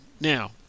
Now